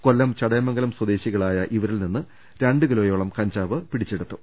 കൊല്ലം ചടയമംഗലം സ്വദേശികളായ ഇവരിൽനിന്ന് രണ്ടുകി ലോയോളം കഞ്ചാവ് പിടിച്ചെടുത്തു